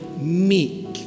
meek